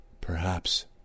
Perhaps